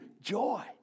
Joy